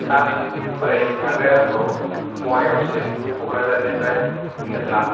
थाब फै आरो आंखौ बङाइगाव सिम कक्राझारनिफ्राय दोनलां